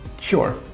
sure